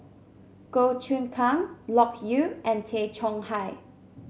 Goh Choon Kang Loke Yew and Tay Chong Hai